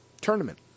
tournament